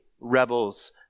rebels